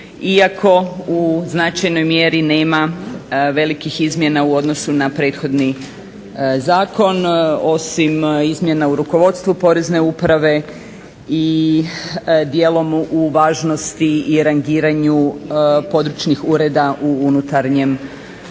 iako u značajnoj mjeri nema velikih izmjena u odnosu na prethodni zakon osim izmjena u rukovodstvu Porezne uprave i dijelom u važnosti i rangiranju područnih ureda u unutarnjem